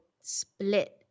Split